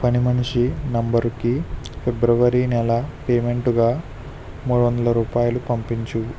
పని మనిషి నంబరుకి ఫిబ్రవరి నెల పేమెంటుగా మూడు వందల రూపాయలు పంపించుము